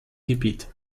gebiet